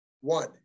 One